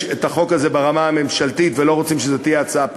את החוק הזה ברמה הממשלתית ולא רוצים שזו תהיה הצעה פרטית,